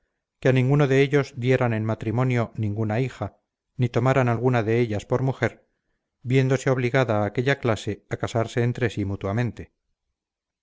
que a ninguno de ellos dieran en matrimonio ninguna hija ni tomaran alguna de ellas por mujer viéndose obligada aquella clase a casarse entre sí mutuamente